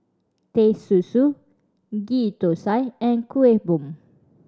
Teh Susu Ghee Thosai and Kuih Bom